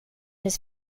his